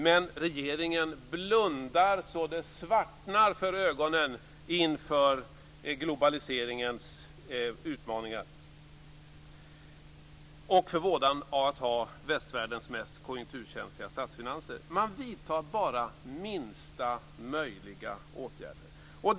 Men regeringen blundar så det svartnar för ögonen inför globaliseringens utmaningar och inför vådan av att ha västvärldens mest konjunkturkänsliga statsfinanser. Man vidtar bara minsta möjliga åtgärder.